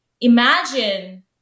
Imagine